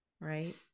right